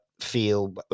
feel